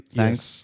thanks